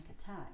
attack